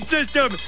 System